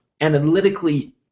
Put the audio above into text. analytically